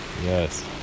Yes